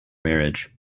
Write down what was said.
marriage